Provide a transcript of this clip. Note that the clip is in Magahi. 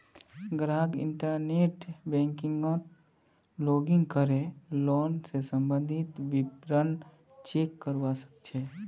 ग्राहक इंटरनेट बैंकिंगत लॉगिन करे लोन स सम्बंधित विवरण चेक करवा सके छै